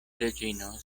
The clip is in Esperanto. reĝino